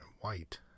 white